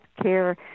care